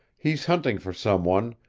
he's hunting for some one,